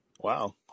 Wow